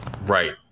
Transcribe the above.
Right